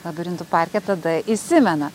labirintų parke tada įsimena